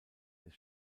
des